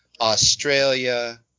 Australia